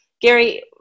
Gary